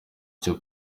cyo